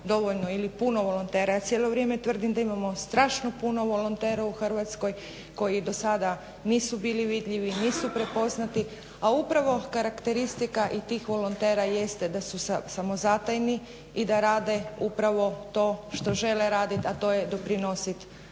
dovoljno ili puno volontera, ja cijelo vrijeme tvrdim da imamo strašno puno volontera u Hrvatskoj koji do sada nisu bili vidljivi, nisu prepoznati, a upravo karakteristika i tih volontera jeste da su samozatajni i da rade upravo to što žele radit, a to je doprinosit